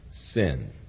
sin